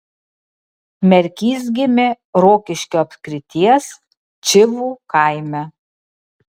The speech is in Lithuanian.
merkys gimė rokiškio apskrities čivų kaime